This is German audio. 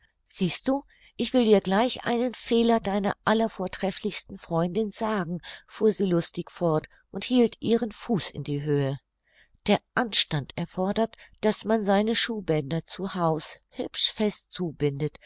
siehst du da will ich dir gleich einen fehler deiner allervortrefflichsten freundin sagen fuhr sie lustig fort und hielt ihren fuß in die höhe der anstand erfordert daß man seine schuhbänder zu haus hübsch fest zubindet